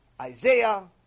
Isaiah